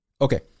Okay